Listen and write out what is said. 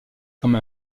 comme